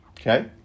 Okay